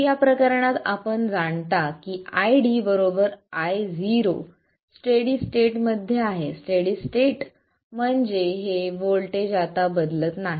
तर या प्रकरणात आपण जाणता की ID Io स्टेडी स्टेट मध्ये आहे स्टेडी स्टेट मध्ये म्हणजे हे व्होल्टेज आता बदलत नाही